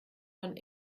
von